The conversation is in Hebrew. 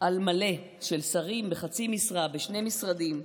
על מלא של שרים בחצי משרה בשני משרדים?